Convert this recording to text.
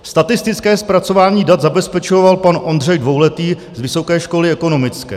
Statistické zpracování dat zabezpečoval pan Ondřej Dvouletý z Vysoké školy ekonomické.